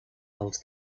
als